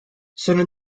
sono